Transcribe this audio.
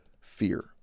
fear